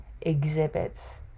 exhibits